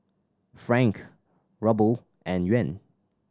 Franc Ruble and Yuan